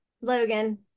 Logan